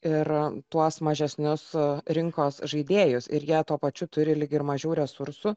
ir tuos mažesnius rinkos žaidėjus ir jie tuo pačiu turi lyg ir mažiau resursų